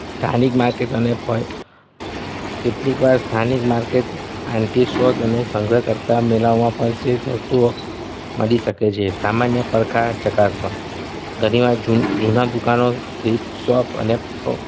સ્થાનિક માર્કેટ્સ અને કેટલીકવાર સ્થાનિક માર્કેટ્સ એન્ટિક શોધ અને સંગ્રહકર્તા મેળાઓમાં પણ શ્રેષ્ઠ વસ્તુઓ મળી શકે છે સામાન્ય પડખાં ચકાસવાં ઘણીવાર જૂનાં દુકાનોથી શોપ અને